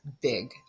big